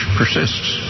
persists